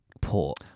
port